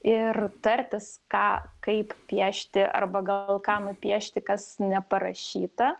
ir tartis ką kaip piešti arba gal ką nupiešti kas neparašyta